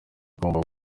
igomba